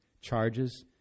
charges